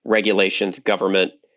regulations, government,